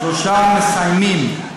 שלושה מסיימים.